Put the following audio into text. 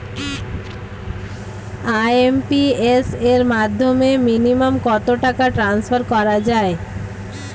IMPS এর মাধ্যমে minimum কত টাকা ট্রান্সফার করা যায়?